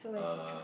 uh